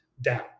down